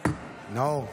נאור,